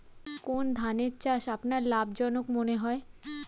কোন ধানের চাষ আপনার লাভজনক মনে হয়?